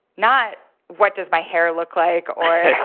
not what does my hair look like. or,